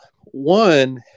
One